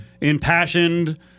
impassioned